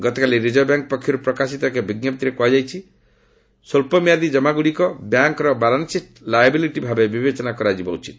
ଗତକାଲି Reserve Bank ପକ୍ଷରୁ ପ୍ରକାଶିତ ଏକ ବିଞ୍୍ପପ୍ତିରେ କୁହାଯାଇଛି ସ୍ୱଚ୍ଚ ମିଆଦି ଜମାଗୁଡ଼ିକ ବ୍ୟାଙ୍କ୍ର ବାଲାନ୍ସିଟ୍ ଲାୟାବିଲିଟି ଭାବେ ବିବେଚନା କରାଯିବା ଉଚିତ